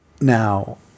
Now